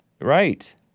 Right